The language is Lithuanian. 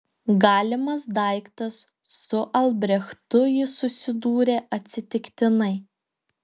galimas daiktas su albrechtu ji susidūrė atsitiktinai